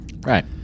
Right